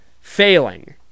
failing